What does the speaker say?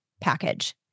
package